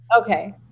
okay